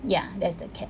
ya that's the cap